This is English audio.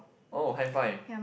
oh high five